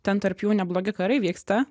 ten tarp jų neblogi karai vyksta